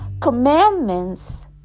commandments